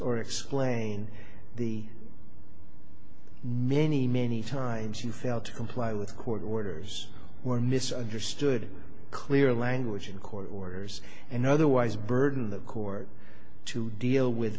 or explain the many many times you failed to comply with court orders were misunderstood clear language in court orders and otherwise burden the court to deal with